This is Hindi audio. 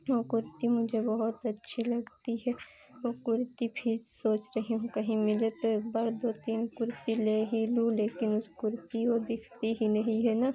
वह कुर्ती मुझे बहुत अच्छी लगती है वह कुर्ती फिर सोच रही हूँ कहीं मिले तो एक बार कहीं मिले दो तीन कुर्ती ले ही लूँ लेकिन उस कुर्ती वो दिखती ही नहीं है ना